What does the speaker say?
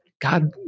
God